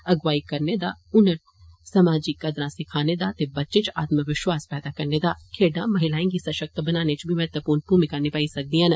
अगुवाई करने दा हुनर समाजी कदरा सिखाने दा ते बच्चे च आत्म विश्वास पैदा करने दा खेडा महिलाए गी सशक्त बनाने च बी महत्वपूर्ण भूमिका निभाई सकदिया न